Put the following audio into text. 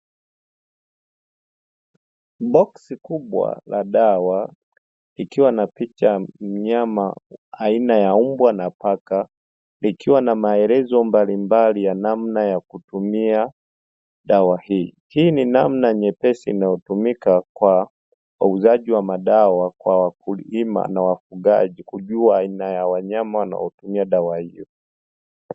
Boksi kubwa la dawa ikiwa na picha ya mnyama aina ya mbwa na paka, ikiwa na maelezo mbalimbali ya namna ya kutumia dawa hiyo, hii ni namna nyepesi inayotumika kwa utumiaji wa dawa wakulima na wafugaji kujua namna ya kutumia dawa hiyo.